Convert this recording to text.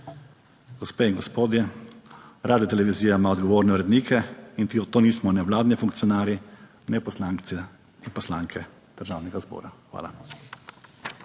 Gospe in gospodje, Radiotelevizija ima odgovorne urednike in tudi to nismo ne vladni funkcionarji, ne poslanci in poslanke Državnega zbora. Hvala.